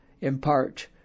impart